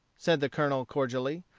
said the colonel, cordially.